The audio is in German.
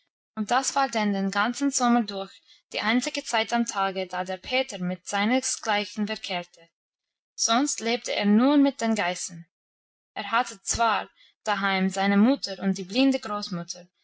und das war denn den ganzen sommer durch die einzige zeit am tage da der peter mit seinesgleichen verkehrte sonst lebte er nur mit den geißen er hatte zwar daheim seine mutter und die blinde großmutter